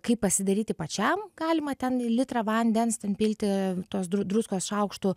kaip pasidaryti pačiam galima ten į litrą vandens ten pilti tos dru druskos šaukštu